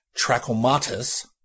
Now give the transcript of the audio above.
trachomatis